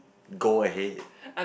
go ahead